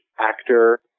actor